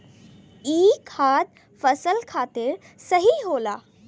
ई खाद फसल खातिर सही होला